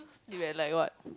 you eh like what